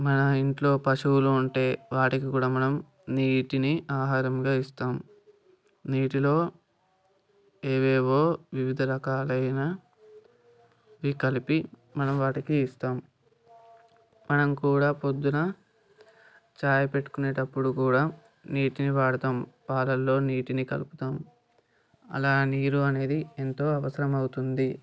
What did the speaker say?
మన ఇంట్లో పశువులు ఉంటే వాటికి కూడా మనం నీటిని ఆహారంగా ఇస్తాము నీటిలో ఏవేవో వివిధ రకాలైన ఈ కలిపి మనం వాటికి ఇస్తాము మనం కూడా ప్రొద్దున చాయ్ పెట్టుకునేటప్పుడు కూడా నీటిని వాడతాము పాలల్లో నీటిని కలుపుతాము అలా నీరు అనేది ఎంతో అవసరం అవుతుంది